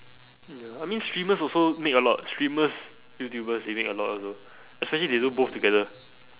mm ya I mean streamers also make a lot streamers youtubers they make a lot also especially if they do both together